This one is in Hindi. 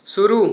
शुरू